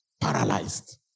paralyzed